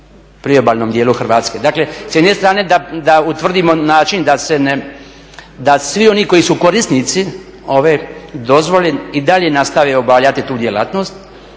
priobalnom dijelu Hrvatske. Dakle, s jedne strane da utvrdimo način da se ne, da svi oni koji su korisnici ove dozvole i dalje nastave obavljati tu djelatnost